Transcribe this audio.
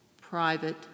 private